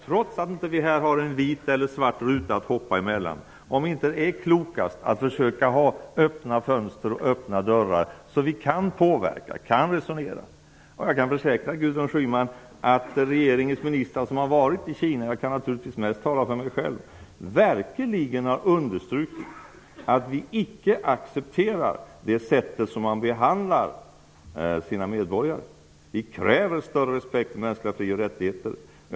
Trots att vi här inte har vita eller svarta rutor att hoppa emellan undrar jag om det inte är klokast att försöka att ha öppna fönster och öppna dörrar. Då kan vi påverka och resonera. Jag kan försäkra Gudrun Schyman att de av regeringens ministrar som har varit i Kina, jag kan naturligtvis mest tala för mig själv, verkligen har understrukit att vi icke accepterar det sätt som man behandlar sina medborgare på. Vi kräver större respekt för mänskliga fri och rättigheter.